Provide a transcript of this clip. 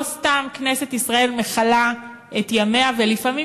לא סתם כנסת ישראל מכלה את ימיה ולפעמים